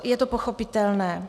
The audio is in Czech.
Je to pochopitelné.